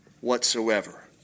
whatsoever